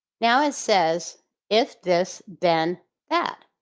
now it says if this then that,